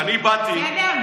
כשאני באתי,